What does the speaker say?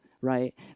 right